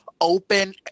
open